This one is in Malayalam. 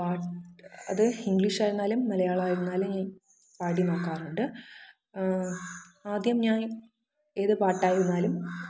പാട്ട് അത് ഇംഗ്ലീഷ് ആയിരുന്നാലും മലയാളം ആയിരുന്നാലും ഞാൻ പാടി നോക്കാറുണ്ട് ആദ്യം ഞാന് ഏത് പാട്ടായിരുന്നാലും